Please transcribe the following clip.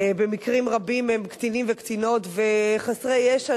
במקרים רבים הם קטינים וקטינות וחסרי ישע,